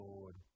Lord